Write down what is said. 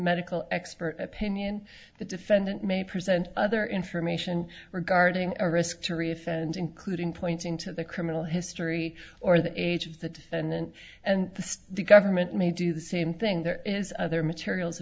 medical expert opinion the defendant may present other information regarding a risk to reef and including pointing to the criminal history or the age of the defendant and the government may do the same thing there is other materials